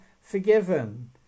forgiven